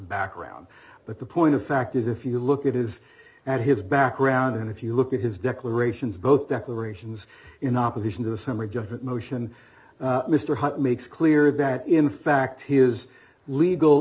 background but the point of fact is if you look at his and his background and if you look at his declarations both declarations in opposition to the summary judgment motion mr hunt makes clear that in fact his legal